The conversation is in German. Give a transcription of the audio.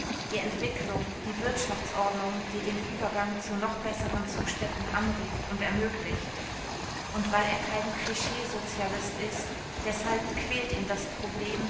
die entwickelung die wirtschaftsordnung die den übergang zu noch besseren zuständen anregt und ermöglicht und weil er kein klischeesozialist ist deshalb quält ihn das problem